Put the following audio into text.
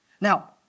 Now